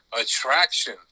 Attraction